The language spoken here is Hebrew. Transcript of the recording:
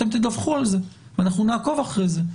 אתם תדווחו על זה ואנחנו נעקוב אחרי זה.